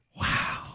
Wow